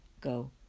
Go